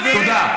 תודה.